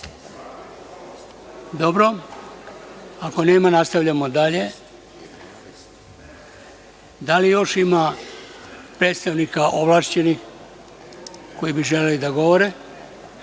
ako nema, nastavljamo dalje. Da li još ima predstavnika ovlašćenih koji bi želeli da govore?